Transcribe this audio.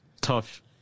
tough